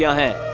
ah hair!